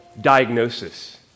diagnosis